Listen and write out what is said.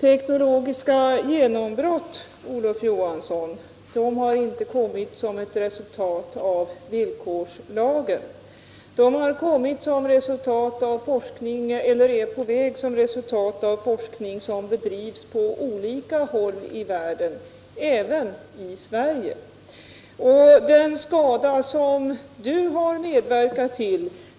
Teknologiska genombrott, Olof Johansson, har inte kommit som ett resultat av villkorslagen. De har kommit som resultat av forskning eller är på väg som resultat av forskning som bedrivs på olika håll i världen, även i Sverige som ett resultat av våra initiativ.